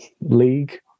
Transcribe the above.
League